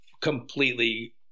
completely